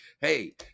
hey